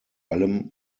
allem